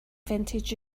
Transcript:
vintage